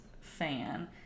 fan